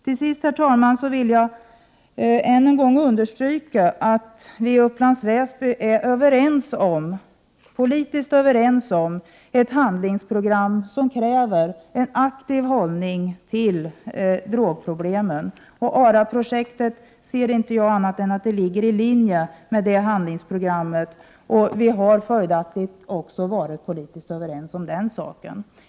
Till sist, herr talman, vill jag än en gång understryka att vi i Upplands Väsby är politiskt överens om ett handlingsprogram som kräver en aktiv hållning gentemot drogproblemen. Jag ser inte annat än att ARA-projektet ligger i linje med det handlingsprogrammet, och vi har följaktligen också varit politiskt överens om den saken.